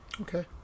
Okay